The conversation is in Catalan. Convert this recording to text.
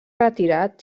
retirat